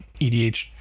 EDH